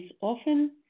often –